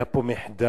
היה פה מחדל,